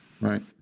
right